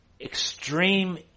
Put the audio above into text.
extreme